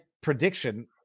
prediction